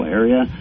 area